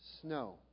snow